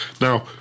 Now